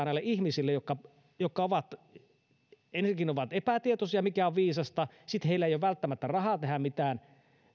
näille ihmisille jotka ensinnäkin ovat epätietoisia mikä on viisasta tai sitten heillä ei ole välttämättä rahaa tehdä mitään